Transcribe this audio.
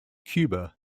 cuba